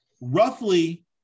roughly